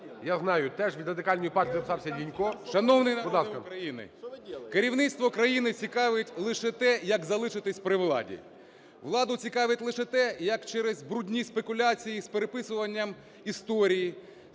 Я знаю теж, від Радикальної партії записався Лінько. Будь ласка. 10:24:34 ВІЛКУЛ О.Ю. Шановний народе України, керівництво країни цікавить лише те, як залишитись при владі. Владу цікавить лише те, як через брудні спекуляції з переписуванням історії,